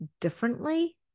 differently